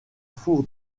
four